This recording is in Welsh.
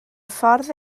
ffordd